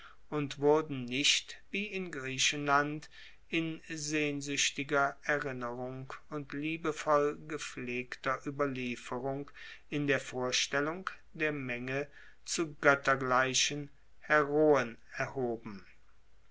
und wurden nicht wie in griechenland in sehnsuechtiger erinnerung und liebevoll gepflegter ueberlieferung in der vorstellung der menge zu goettergleichen heroen erhoben